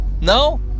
No